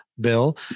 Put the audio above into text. bill